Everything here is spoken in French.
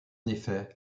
effet